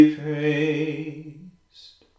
praised